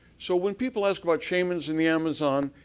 so, when people ask about shamans in the amazon,